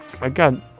again